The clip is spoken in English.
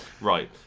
Right